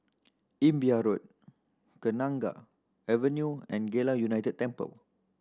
Imbiah Road Kenanga Avenue and Geylang United Temple